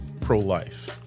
pro-life